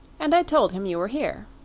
and i told him you were here.